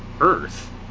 Earth